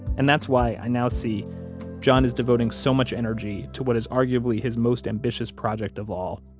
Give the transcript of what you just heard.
and that's why i now see john is devoting so much energy to what is arguably his most ambitious project of all